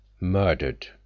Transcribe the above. murdered